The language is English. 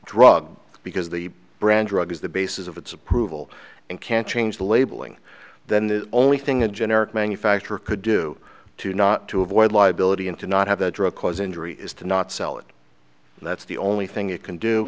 drug because the brand drug is the basis of its approval and can change the labeling then the only thing a generic manufacturer could do to not to avoid liability and to not have a drug cause injury is to not sell it and that's the only thing it can do